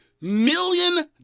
million